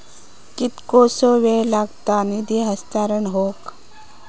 कितकोसो वेळ लागत निधी हस्तांतरण हौक?